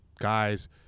guys